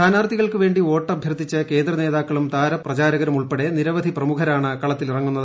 സ്ഥാനാർഥികൾക്കുവേണ്ടി വോട്ടഭ്യർത്ഥിച്ച് കേന്ദ്ര നേതാക്കളും താരപ്രചാരകരും ഉൾപ്പെടെ നിരവധി പ്രമുഖരാണ് കളത്തിലിറങ്ങുന്നത്